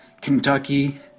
Kentucky